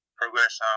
progress